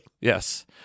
Yes